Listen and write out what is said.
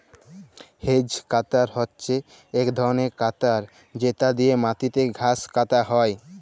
hedge cutter হছে ইক ধরলের কাটার যেট দিঁয়ে মাটিতে ঘাঁস কাটা হ্যয়